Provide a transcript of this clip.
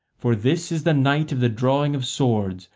for this is the night of the drawing of swords,